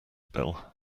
bill